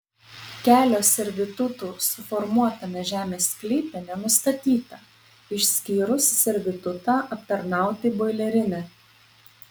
kelio servitutų suformuotame žemės sklype nenustatyta išskyrus servitutą aptarnauti boilerinę